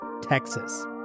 Texas